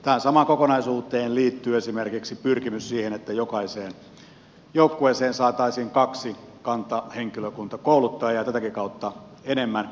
tähän samaan kokonaisuuteen liittyy esimerkiksi pyrkimys siihen että jokaiseen joukkueeseen saataisiin kaksi kantahenkilökuntakouluttajaa ja tätäkin kautta enemmän vaikuttavuutta